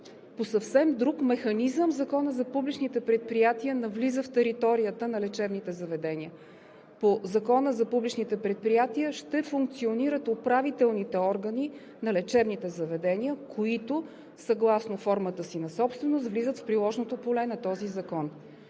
По съвсем друг механизъм Законът за публичните предприятия навлиза в територията на лечебните заведения. По Закона за публичните предприятия ще функционират управителните органи на лечебните заведения, които съгласно формата си на собственост влизат в приложното поле на този закон.